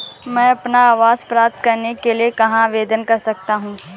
मैं अपना आवास प्राप्त करने के लिए कहाँ आवेदन कर सकता हूँ?